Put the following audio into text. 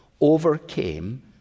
overcame